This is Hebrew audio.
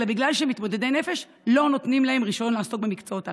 אלא מכיוון שהם מתמודדי נפש לא נותנים להם רישיון לעסוק במקצועות הללו.